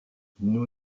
nous